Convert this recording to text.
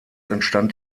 entstand